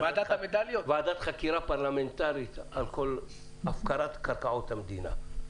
ועדת חקירה פרלמנטרית על כל הפקרת קרקעות המדינה.